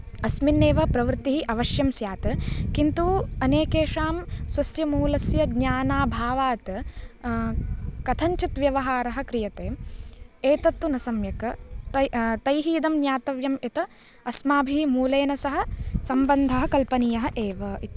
अस्मिन्नेव प्रवृत्तिः अवश्यं स्यात् किन्तु अनेकेषां स्वस्य मूलस्य ज्ञानाभावात् कथञ्चित् व्यवहारः क्रियते एतत्तु न सम्यक् तै तैः इदं ज्ञातव्यं यत् अस्माभिः मूलेन सह सम्बन्धः कल्पनीयः एव इति